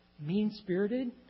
mean-spirited